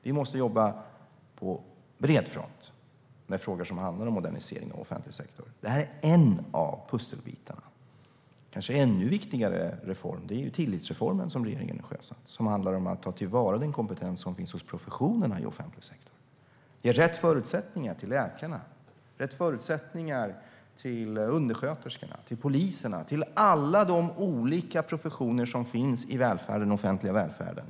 Vi måste jobba på bred front med frågor som handlar om modernisering av offentlig sektor. Det här är en av pusselbitarna. En kanske ännu viktigare reform är tillitsreformen, som regeringen sjösatt. Den handlar om att ta till vara den kompetens som finns hos professionerna i offentlig sektor. Det handlar om att ge rätt förutsättningar till läkarna, till undersköterskorna, till poliserna - till alla de olika professioner som finns i den offentliga välfärden.